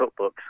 cookbooks